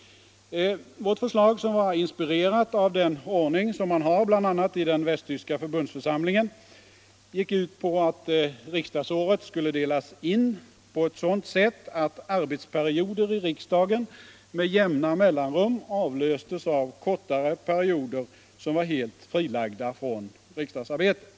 Vårt förslag, som var inspirerat av den ordning som bl.a. den västtyska förbundsförsamlingen har, gick ut på att riksdagsåret skulle delas in på ett sådant sätt att arbetsperioder i riksdagen med jämna mellanrum avlöstes av kortare perioder som var helt fria från riksdagsarbetet.